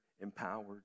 empowered